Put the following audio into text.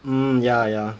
hmm ya ya